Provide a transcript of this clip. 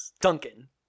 Duncan